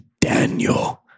Daniel